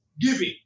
giving